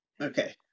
okay